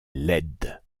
laide